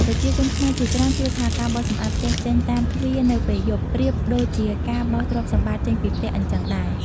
ប្រជាជនខ្មែរជាច្រើនជឿថា ការបោសសម្អាតផ្ទះចេញតាមទ្វារនៅពេលយប់ ប្រៀបដូចជាការបោសទ្រព្យសម្បត្តិចេញពីផ្ទះអញ្ចឹងដែរ។